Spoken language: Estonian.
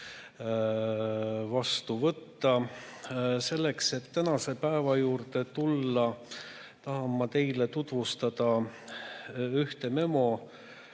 vastu võtta. Selleks, et tänase päeva juurde tulla, tahan ma teile tutvustada ühte memo,